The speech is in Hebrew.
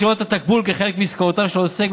לראות את התקבול כחלק מעסקאותיו של העוסק.